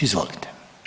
Izvolite.